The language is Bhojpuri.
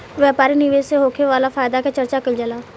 व्यापारिक निवेश से होखे वाला फायदा के चर्चा कईल जाला